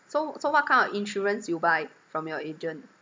so so what kind of insurance you buy from your agent